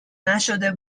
نشده